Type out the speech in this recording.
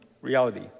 reality